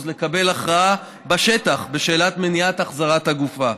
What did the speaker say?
לקבל הכרעה בשטח בשאלת מניעת החזרת הגופה.